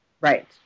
Right